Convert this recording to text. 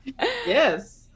Yes